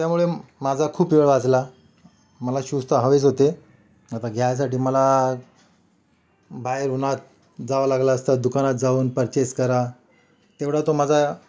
त्यामुळे माझा खूप वेळ वाचला मला शुज तर हवेच होते आता घ्यायसाठी मला बाहेर उन्हात जावं लागलं असतं दुकानात जाऊन पर्चेस करा तेवढा तो माझा